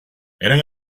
eran